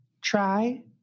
Try